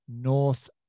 North